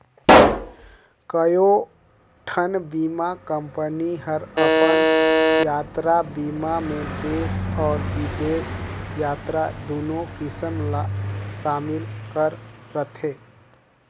कयोठन बीमा कंपनी हर अपन यातरा बीमा मे देस अउ बिदेस यातरा दुनो किसम ला समिल करे रथे